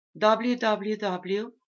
www